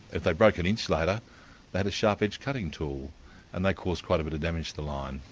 if they broke an insulator they had a sharp-edged cutting tool and they caused quite a bit of damage to the line.